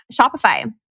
Shopify